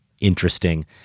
interesting